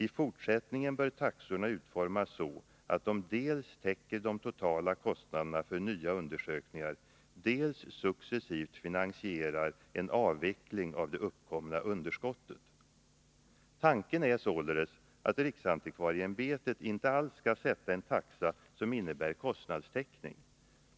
I fortsättningen bör taxorna utformas så att de dels täcker de totala kostnaderna för nya undersökningar, dels successivt finansierar en avveckling av det uppkomna underskottet.” Tanken är således att riksantikvarieämbetet inte alls skall sätta en taxa som innebär kostnadstäckning.